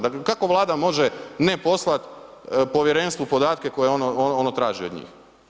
Dakle, kako Vlada može ne poslat povjerenstvu podatke koje ono traži od njih?